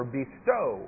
bestow